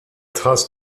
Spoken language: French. traces